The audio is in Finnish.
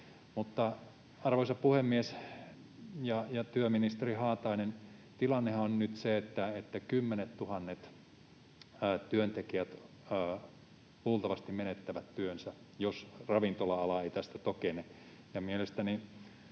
arvoisa puhemies ja työministeri Haatainen, tilannehan on nyt se, että kymmenettuhannet työntekijät luultavasti menettävät työnsä, jos ravintola-ala ei tästä tokene.